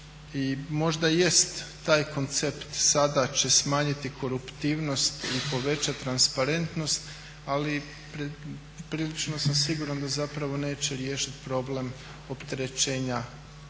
možda jest taj koncept sada će smanjiti koruptivnost i povećati transparentnost ali prilično sam siguran da zapravo neće riješiti problem opterećenja i